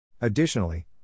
Additionally